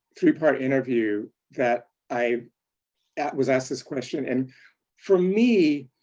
three part interview that i was asked this question, and for me,